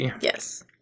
yes